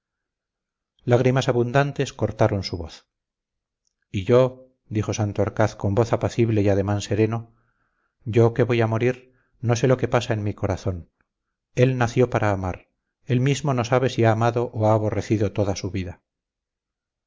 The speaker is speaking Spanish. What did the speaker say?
sofocarlos lágrimas abundantes cortaron su voz y yo dijo santorcaz con voz apacible y ademán sereno yo que voy a morir no sé lo que pasa en mi corazón él nació para amar él mismo no sabe si ha amado o ha aborrecido toda su vida